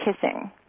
kissing